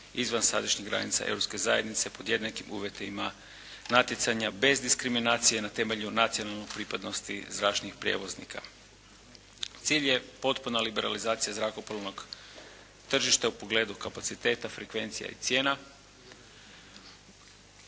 izvan sadašnjih granica Europske zajednice pod jednakim uvjetima natjecanja bez diskriminacije na temelju nacionalne pripadnosti zračnih prijevoznika. Cilj je potpuna liberalizacija zrakoplovnog tržišta u pogledu kapaciteta, frekvencije i cijena